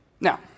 Now